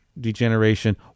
degeneration